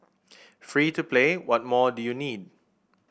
free to play what more do you need